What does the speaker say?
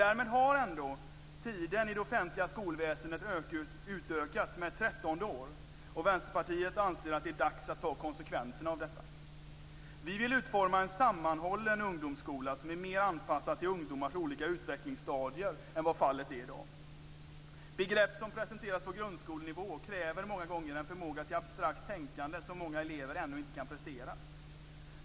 Därmed har ändå tiden i det offentliga skolväsendet utökats med ett trettonde år. Vänsterpartiet anser att det är dags att ta konsekvenserna av detta. Vi vill utforma en sammanhållen ungdomsskola som är mer anpassad till ungdomars olika utvecklingsstadier än vad fallet är i dag. Begrepp som presenteras på grundskolenivå kräver många gånger en förmåga till abstrakt tänkande som många elever ännu inte kan prestera.